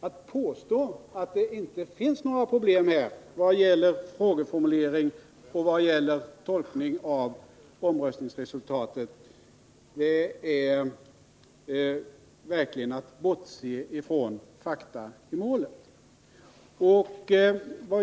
Att påstå att det inte finns några problem vad gäller frågeformuleringen och vad gäller tolkningen av omröstningsresultatet — det är verkligen att bortse från fakta i målet.